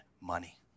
money